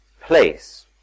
place